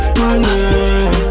money